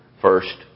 first